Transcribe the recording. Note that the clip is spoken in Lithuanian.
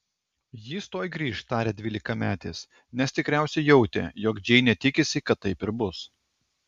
jis tuoj grįš tarė dvylikametis nes tikriausiai jautė jog džeinė tikisi kad taip ir bus